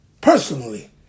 personally